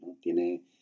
Tiene